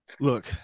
Look